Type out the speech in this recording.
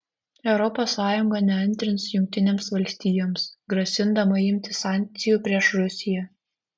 europos sąjunga neantrins jungtinėms valstijoms grasindama imtis sankcijų prieš rusiją